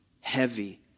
heavy